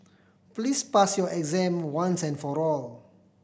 please pass your exam once and for all